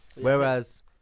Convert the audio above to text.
Whereas